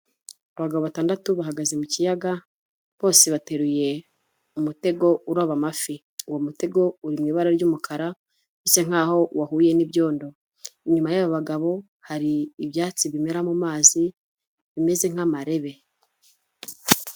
Abagabo batandatu bahagaze mu kiyaga bose bateruye umutego uroba amafi, uwo mutego uri mu ibara ry'umukara umeze nk'aho wahuye n'ibyondo, inyuma y'abo bagabo hari ibyatsi bimera mu mazi bimeze nk'amarebe.